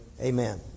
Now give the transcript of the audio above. Amen